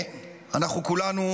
אנחנו כולנו,